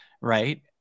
right